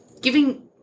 giving